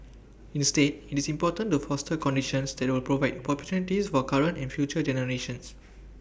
instead IT is important to foster conditions that will provide opportunities for current and future generations